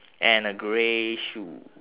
and a grey shoe